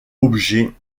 objet